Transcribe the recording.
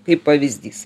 kaip pavyzdys